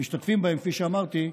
ומשתתפים בהם, כפי שאמרתי,